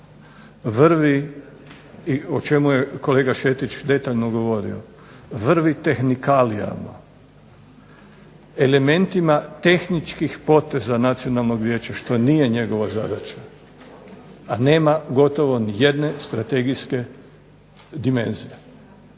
vrvi i o čemu je kolega Šetić detaljno govorio, vrvi tehnikalijama, elementima tehničkih poteza Nacionalnog vijeća što nije njegova zadaća, a nema gotovo nijedne strategijske dimenzije.